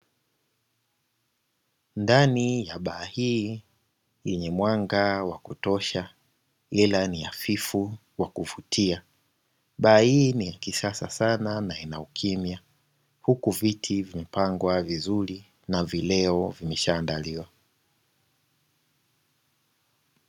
Ndani ya baa hii yenye mwanga wa kutosha ila ni hafifu wa kuvutia, baa hii ni ya kisasa sana na ina ukimya huku viti vimepangwa vizuri na vileo vimeshaandaliwa.